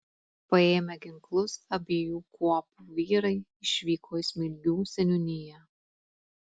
paėmę ginklus abiejų kuopų vyrai išvyko į smilgių seniūniją